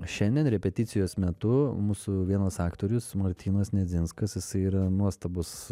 šiandien repeticijos metu mūsų vienas aktorius martynas nedzinskas jisai yra nuostabus